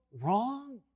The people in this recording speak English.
wrong